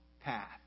path